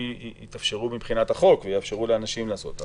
יתאפשרו בחוק ויתאפשר לאנשים לעשות אותם.